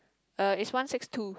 uh it's one six two